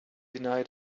deny